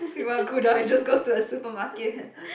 he just goes to the supermarket